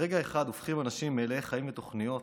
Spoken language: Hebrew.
ברגע אחד הופכים אנשים מלאי חיים ותוכניות,